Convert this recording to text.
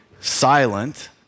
silent